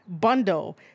bundle